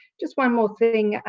just one more thing,